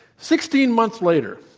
sixteen months later,